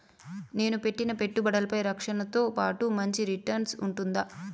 నేను పెట్టిన పెట్టుబడులపై రక్షణతో పాటు మంచి రిటర్న్స్ ఉంటుందా?